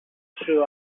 true